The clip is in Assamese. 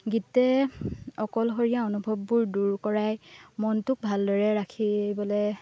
গীতে অকলশৰীয়া অনুভৱবোৰ দূৰ কৰাই মনটোক ভালদৰে ৰাখিবলৈ